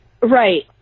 Right